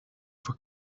for